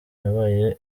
yabaye